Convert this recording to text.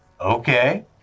Okay